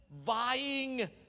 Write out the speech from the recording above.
vying